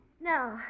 No